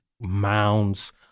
mounds